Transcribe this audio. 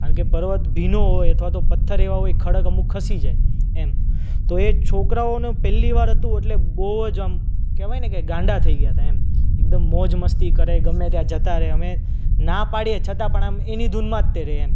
કારણ કે પર્વત ભીનો હોય અથવા તો પથ્થર એવા હોય ખડક અમુક ખસી જાય એમ તો એ છોકરાઓનું પહેલીવાર હતું એટલે બહુ જ આમ કહેવાય ને કે ગાંડા થઈ ગયા હતા એમ એકદમ મોજ મસ્તી કરે ગમે ત્યાં જતા રહે અમે ના પાડીએ છતાં પણ આમ એની ધૂનમાં જ તે રહે એમ